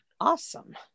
Awesome